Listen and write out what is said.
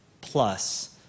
plus